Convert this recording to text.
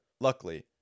Luckily